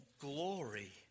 glory